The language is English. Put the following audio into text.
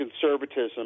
conservatism